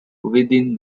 within